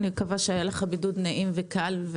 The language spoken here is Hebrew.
אני מקווה שהיה לך בידוד נעים וקל.